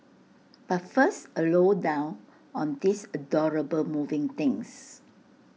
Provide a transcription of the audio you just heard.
but first A low down on these adorable moving things